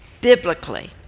biblically